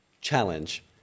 challenge